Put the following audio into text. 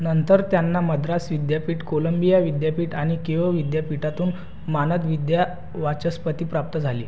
नंतर त्यांना मद्रास विद्यापीठ कोलंबिया विद्यापीठ आणि केयो विद्यापीठातून मानद विद्यावाचस्पती प्राप्त झाली